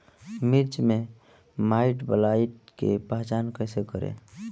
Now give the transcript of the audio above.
मिर्च मे माईटब्लाइट के पहचान कैसे करे?